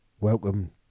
welcome